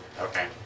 Okay